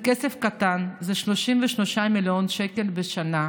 זה כסף קטן, זה 33 מיליון שקל בשנה.